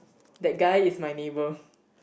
that guy is my neighbour